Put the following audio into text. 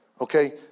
Okay